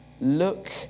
Look